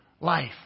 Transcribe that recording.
life